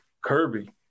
Kirby